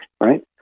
right